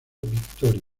victoria